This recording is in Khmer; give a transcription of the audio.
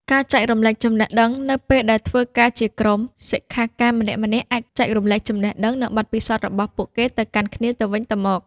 ការចែករំលែកចំណេះដឹង នៅពេលដែលធ្វើការជាក្រុម សិក្ខាកាមម្នាក់ៗអាចចែករំលែកចំណេះដឹង និងបទពិសោធន៍របស់ពួកគេទៅកាន់គ្នាទៅវិញទៅមក។